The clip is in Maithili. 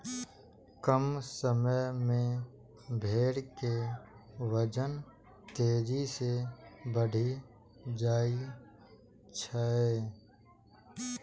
कम समय मे भेड़ के वजन तेजी सं बढ़ि जाइ छै